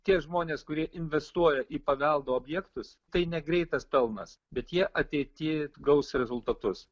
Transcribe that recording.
tie žmonės kurie investuoja į paveldo objektus tai ne greitas pelnas bet jie ateity gaus rezultatus